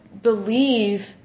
believe